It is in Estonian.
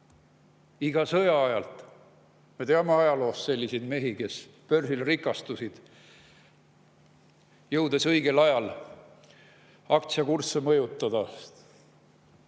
iga sõja ajal. Me teame ajaloost selliseid mehi, kes börsil rikastusid, jõudes õigel ajal aktsiakursse mõjutada.